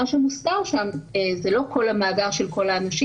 מה שמוסתר שם זה לא כל המידע של כל האנשים